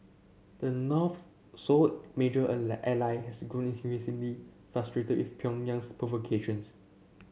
the North's sole major ally has grown increasingly frustrated with Pyongyang's provocations